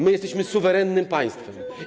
My jesteśmy suwerennym państwem.